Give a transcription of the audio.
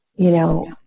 you know,